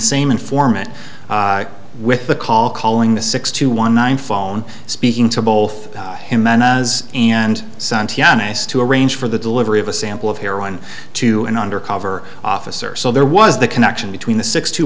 same informant with the call calling the six to one nine phone speaking to both jimenez and santana's to arrange for the delivery of a sample of heroin to an undercover officer so there was the connection between the six to